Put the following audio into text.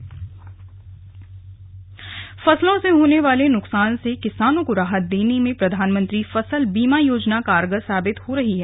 slug PM फसल बीमा योजना फसलों से होने वाले नुकसान से किसानों को राहत देने में प्रधानमंत्री फसल बीमा योजना कारगर साबित हो रही है